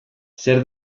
zer